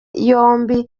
yombi